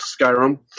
Skyrim